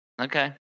Okay